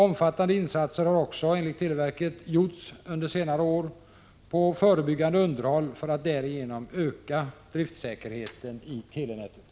Omfattande insatser har också, enligt televerket, gjorts under senare år på förebyggande underhåll för att därigenom öka driftsäkerheten i telenätet.